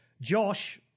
Josh